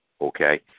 okay